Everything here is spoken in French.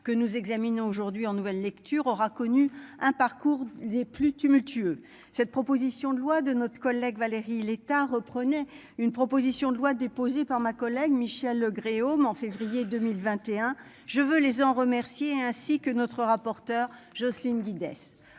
que nous examinons aujourd'hui en nouvelle lecture aura connu un parcours les plus tumultueux cette proposition de loi de notre collègue Valérie Létard reprenait une proposition de loi déposée par ma collègue Michel Legré, homme en février 2021. Je veux les en remercier, ainsi que notre rapporteur Jocelyne Guidez.